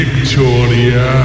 Victoria